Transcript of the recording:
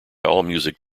allmusic